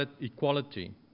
equality